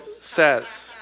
says